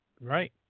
Right